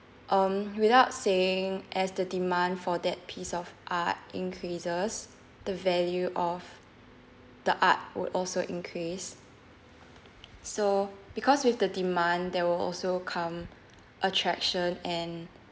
um without saying as the demand for that piece of art increases the value of the art would also increase so because with the demand there will also come attraction and